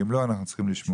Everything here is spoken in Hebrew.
אם לא אנחנו צריכים לשמוע.